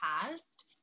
past